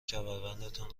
کمربندتان